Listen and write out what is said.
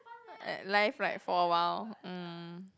life right for a while mm